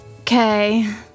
Okay